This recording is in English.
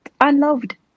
unloved